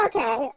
Okay